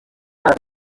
طرف